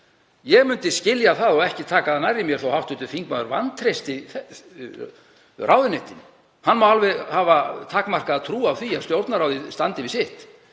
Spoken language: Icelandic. Ég myndi skilja það og ekki taka það nærri mér þó að hv. þingmaður vantreysti ráðuneytinu. Hann má alveg hafa takmarkaða trú á því að Stjórnarráðið standi við sitt.